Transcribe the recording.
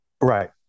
Right